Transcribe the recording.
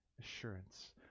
assurance